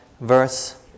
verse